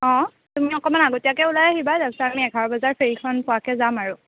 অঁ তুমি অকণমান আগতীয়াকে ওলাই আহিবা তাৰপাছত আমি এঘাৰ বজাৰ ফেৰিখন পোৱাকে যাম আৰু